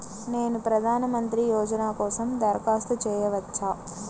నేను ప్రధాన మంత్రి యోజన కోసం దరఖాస్తు చేయవచ్చా?